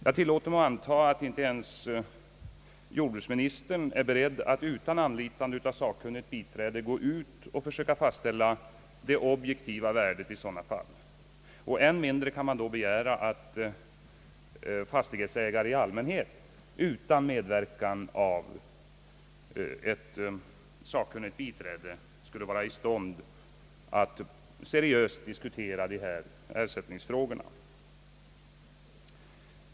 Jag tillåter mig att anta att inte ens jordbruksministern är beredd att utan anlitande av sakkunnigt biträde försöka fastställa det objektiva värdet i sådana fall. än mindre kan man då begära att fastighetsägare i allmänhet utan medverkan av sakkunnigt biträde skulle vara i stånd att seriöst diskutera dessa ersättningsfrågor.